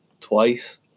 twice